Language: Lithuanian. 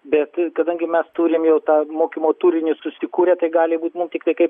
bet kadangi mes turim jau tą mokymo turinį susikūrę tai gali būt mum tiktai kaip